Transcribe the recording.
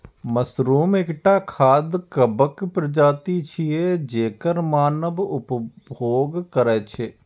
mushroom एकटा खाद्य कवक प्रजाति छियै, जेकर मानव उपभोग करै छै